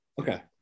Okay